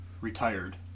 retired